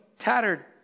tattered